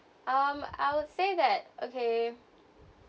um I would say that okay